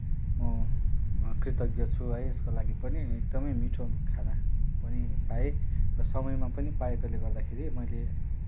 म कृतज्ञ छु है यसको लागि पनि एकदमै मिठो खाना पनि पाएँ र समयमा पनि पाएकोले गर्दाखेरि मैले